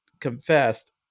confessed